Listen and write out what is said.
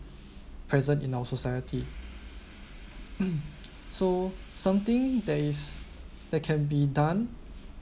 present in our society so something that is that can be done